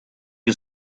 you